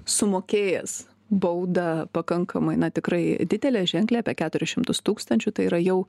sumokėjęs baudą pakankamai na tikrai didelę ženklią apie keturis šimtus tūkstančių tai yra jau